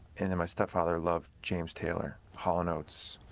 and then my stepfather loved james taylor, hall and oates,